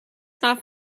not